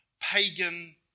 pagan